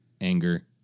anger